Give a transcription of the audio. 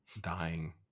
dying